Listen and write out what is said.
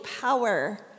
power